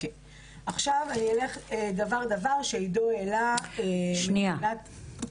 אני אלך דבר-דבר שעידו העלה --- שנייה.